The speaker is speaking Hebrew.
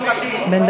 מי עולה לברך את בועז?